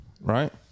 right